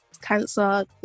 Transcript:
cancer